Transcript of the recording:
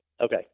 Okay